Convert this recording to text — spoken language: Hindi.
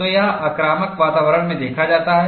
तो यह आक्रामक वातावरण में देखा जाता है